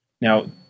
Now